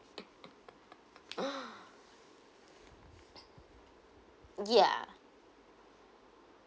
yeah